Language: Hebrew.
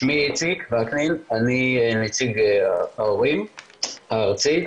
שמי איציק וקנין, אני נציג ההורים הארצי.